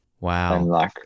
Wow